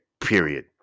period